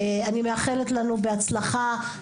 אני מאחלת לנו בהצלחה,